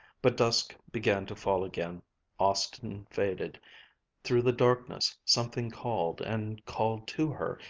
but dusk began to fall again austin faded through the darkness something called and called to her,